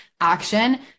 action